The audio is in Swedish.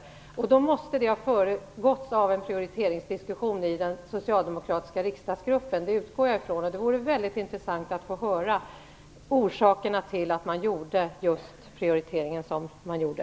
Jag utgår från att detta beslut måste ha föregåtts av en prioriteringsdiskussion i den socialdemokratiska riksdagsgruppen. Det vore intressant att få reda på orsakerna till att man gjorde den prioritering som man gjorde.